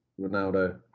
Ronaldo